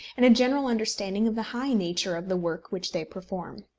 and a general understanding of the high nature of the work which they perform.